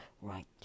right